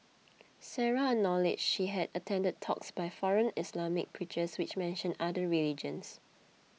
Sarah acknowledged she had attended talks by foreign Islamic preachers which mentioned other religions